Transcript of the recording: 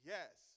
Yes